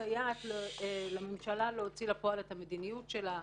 שמסייעת לממשלה להוציא לפועל את המדיניות שלה.